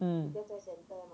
mm